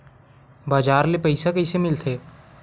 बजार ले पईसा कइसे मिलथे?